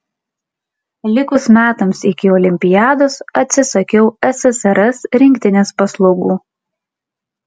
likus metams iki olimpiados atsisakiau ssrs rinktinės paslaugų